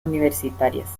universitarias